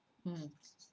mm